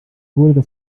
wurde